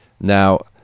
now